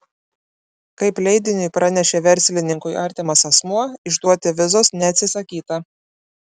kaip leidiniui pranešė verslininkui artimas asmuo išduoti vizos neatsisakyta